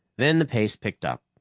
then the pace picked up.